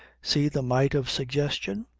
see the might of suggestion?